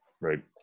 right